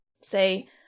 say